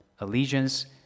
allegiance